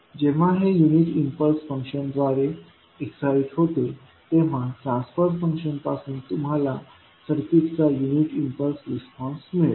जेव्हा हे unit impulse फंक्शनद्वारे एक्साईट होते तेव्हा ट्रान्सफर फंक्शन पासून तुम्हाला सर्किटचा युनिट इम्पल्स रिस्पॉन्स मिळेल